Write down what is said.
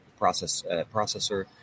processor